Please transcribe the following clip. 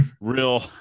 real